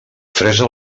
fresa